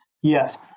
Yes